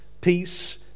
peace